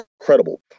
incredible